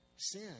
Sin